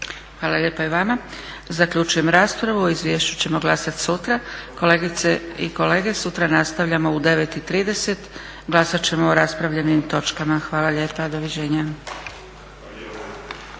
Hvala lijepa i vama. Zaključujem raspravu. O izvješću ćemo glasati sutra. Kolegice i kolege, sutra nastavljamo u 9,30. Glasat ćemo o raspravljenim točkama. Hvala lijepa. Do viđenja.